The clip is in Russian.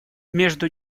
между